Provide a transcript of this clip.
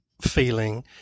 feeling